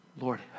Lord